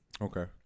Okay